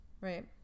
right